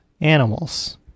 animals